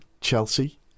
chelsea